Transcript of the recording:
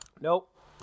Nope